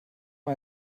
mal